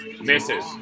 Misses